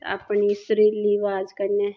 कबूतर अपनी सरीली आबाज कन्नै